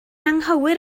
anghywir